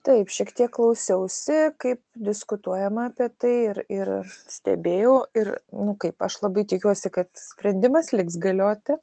taip šiek tiek klausiausi kaip diskutuojama apie tai ir ir stebėjau ir nu kaip aš labai tikiuosi kad sprendimas liks galioti